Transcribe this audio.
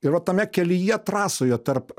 ir va tame kelyje trasoje tarp